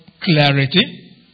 clarity